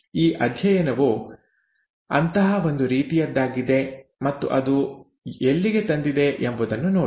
ಈ ಅಧ್ಯಯನವು ಅಂತಹ ಒಂದು ರೀತಿಯದ್ದಾಗಿದೆ ಮತ್ತು ಅದು ಎಲ್ಲಿಗೆ ತಂದಿದೆ ಎಂಬುದನ್ನು ನೋಡಿ